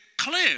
clear